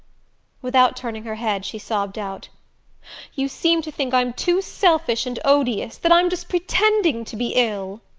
without turning her head she sobbed out you seem to think i'm too selfish and odious that i'm just pretending to be ill.